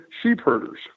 sheepherders